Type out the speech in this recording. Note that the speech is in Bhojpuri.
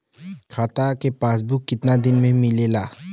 खाता के पासबुक कितना दिन में मिलेला?